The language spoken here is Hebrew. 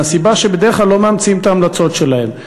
מהסיבה שבדרך כלל לא מאמצים את ההמלצות שלהן.